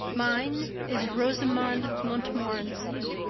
mine is rosamond montmorency.